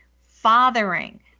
fathering